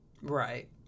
Right